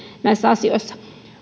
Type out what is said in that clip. näissä asioissa